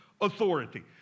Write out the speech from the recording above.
authority